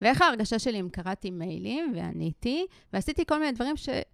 ואיך ההרגשה שלי אם קראתי מיילים ועניתי ועשיתי כל מיני דברים ש...